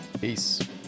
Peace